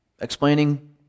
explaining